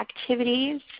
activities